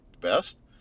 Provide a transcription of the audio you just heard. best